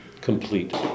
complete